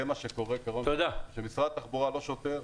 זה מה שקורה כשמשרד התחבורה לא שוטר.